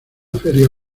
feria